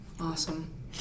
Awesome